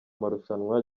marushanwa